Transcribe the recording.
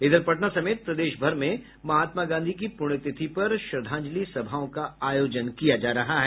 इधर पटना समेत प्रदेशभर में महात्मा गांधी की पुण्यतिथि पर श्रद्धांजलि सभाओं का आयोजन किया जा रहा है